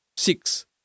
Six